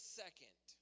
second